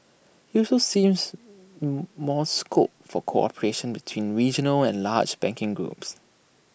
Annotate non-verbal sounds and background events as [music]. he also sees [noise] more scope for cooperation between regional and large banking groups